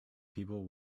people